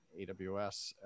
AWS